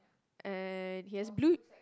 and he has blue